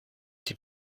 die